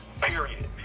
period